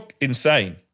insane